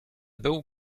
był